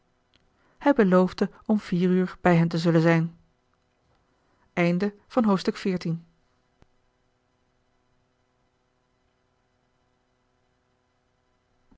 hij beloofde om vier uur bij hen te zullen zijn